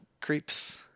creeps